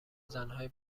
زنهای